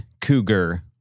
Cougar